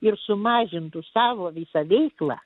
ir sumažintų savo visą veiklą